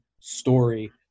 story